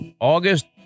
August